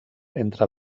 entre